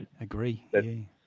agree